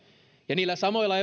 ja niillä samoilla